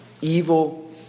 evil